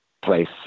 place